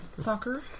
fucker